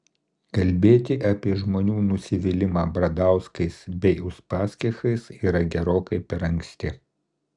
kalbėti apie žmonių nusivylimą bradauskais bei uspaskichais yra gerokai per anksti